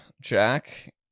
Jack